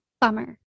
Bummer